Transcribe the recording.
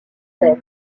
thème